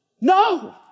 No